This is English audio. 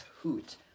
hoot